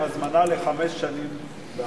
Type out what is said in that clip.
הזמנה לחמש שנים.